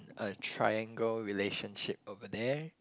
a triangle relationship over there